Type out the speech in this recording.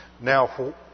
Now